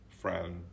friend